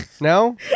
No